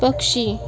पक्षी